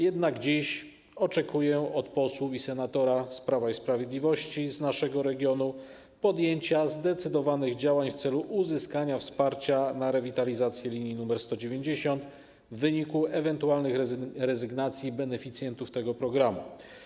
Jednak dziś oczekuję od posłów i senatora z Prawa i Sprawiedliwości z naszego regionu podjęcia zdecydowanych działań w celu uzyskania wsparcia na rewitalizację linii nr 190 w wyniku ewentualnych rezygnacji beneficjentów tego programu.